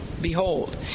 behold